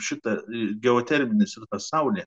šitą ilgiau terminis ir pasauli